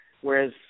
Whereas